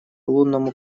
лунному